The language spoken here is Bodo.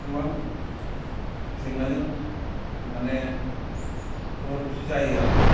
गोबां जेंनाजों माने सौग्राव सौसि जायो आरमा